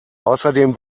außerdem